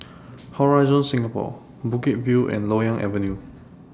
Horizon Singapore Bukit View and Loyang Avenue